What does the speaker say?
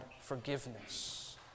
forgiveness